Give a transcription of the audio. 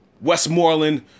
Westmoreland